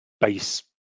base